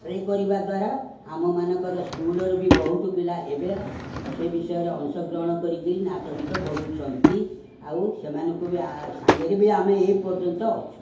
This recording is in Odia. ସେ କରିବା ଦ୍ୱାରା ଆମମାନଙ୍କର ସ୍କୁଲ୍ରୁ ବି ବହୁତ ପିଲା ଏବେ ସେ ବିଷୟରେ ଅଂଶଗ୍ରହଣ କରିକିରି ନାଚ ଗୀତ କରୁଛନ୍ତି ଆଉ ସେମାନଙ୍କୁ ବି ସାଙ୍ଗେରେ ବି ଆମେ ଏଇ ପର୍ଯ୍ୟନ୍ତ ଅଛୁ